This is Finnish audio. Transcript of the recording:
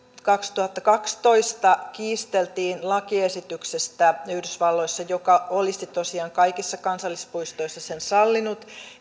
kaksituhattakaksitoista kiisteltiin yhdysvalloissa lakiesityksestä joka olisi tosiaan kaikissa kansallispuistoissa sen sallinut